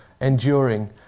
enduring